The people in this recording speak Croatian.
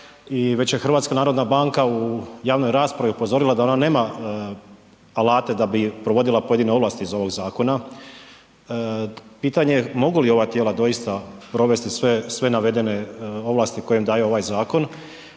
već je HNB u javnoj raspravi upozorila da ona nema alate da bi provodila pojedine ovlasti iz ovog zakona, pitanje mogu li doista ova tijela provesti sve navedene ovlasti koje im daje ovaj zakon?